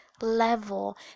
level